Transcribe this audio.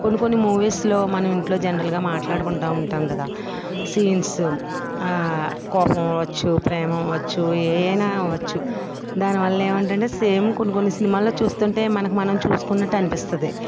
కొన్ని కొన్ని మూవీస్లో మన ఇంట్లో జనరల్గా మాట్లాడుకుంటాం కదా సీన్స్ కోపం అవ్వచ్చు ప్రేమ అవ్వచ్చు ఏమైనా అవ్వచ్చు దానివల్ల ఏంటంటే సేమ్ కొన్ని కొన్ని సినిమాలలో చూస్తుంటే సేమ్ మనకు చూసుకున్నట్టు అనిపిస్తుంది